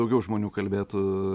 daugiau žmonių kalbėtų